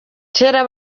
kera